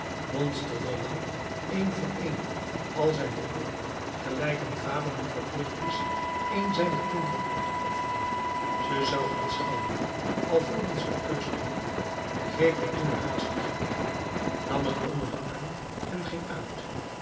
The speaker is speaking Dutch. monsterde lang een voor een al zijn boeken gelijk een vader die verplicht is een zijner kinderen op te offeren ze zou aanschouwen alvorens een keus te doen greep er toen haastig een nam het onder den arm en ging uit